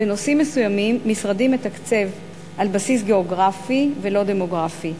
בנושאים מסוימים משרדי מתקצב על בסיס גיאוגרפי ולא דמוגרפי,